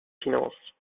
finances